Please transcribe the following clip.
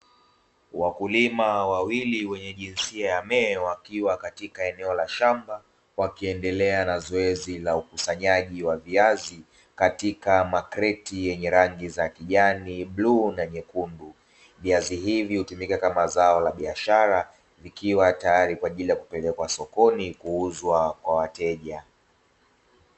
Wakulima wawili wenye jinsia ya me wakiwa katika eneo la shamba wakiendelea na zoezi la ukusanyaji wa viazi katika makreti yenye rangi za kijani, bluu na nyekundu. Viazi hivyo hutumika kama zao la biashara ikiwa tayari kwa ajili ya kupelekwa sokoni kuuzwa kwa wateja.